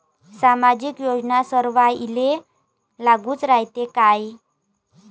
सामाजिक योजना सर्वाईले लागू रायते काय?